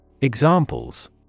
Examples